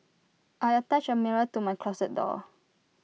I attached A mirror to my closet door